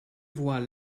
voix